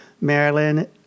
Maryland